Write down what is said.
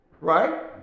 Right